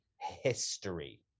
history